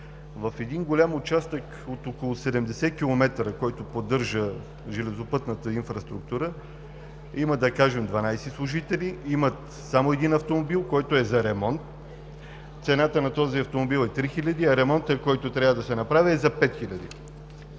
В един голям участък от около 70 км, който поддържа железопътната инфраструктура, има, да кажем, 12 служители, имат само един автомобил, който е за ремонт. Цената на този автомобил е 3000 лв., а ремонтът, който трябва да се направи, е за 5000 лв.